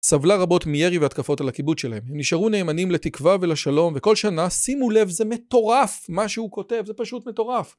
סבלה רבות מיירי והתקפות על הקיבוץ שלהם. הם נשארו נאמנים לתקווה ולשלום, וכל שנה, שימו לב, זה מטורף מה שהוא כותב, זה פשוט מטורף.